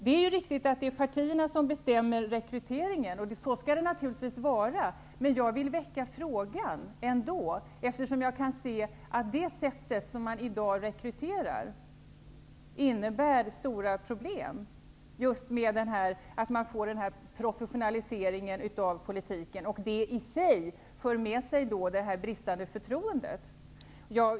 Det är riktigt att det är partierna som bestämmer rekryteringen, och så skall det naturligtvis vara. Men jag vill väcka frågan ändå, eftersom jag kan se att det sätt som man i dag rekryterar på innebär stora problem, just med den här professionaliseringen av politiken, som i sig för med sig det bristande förtroendet.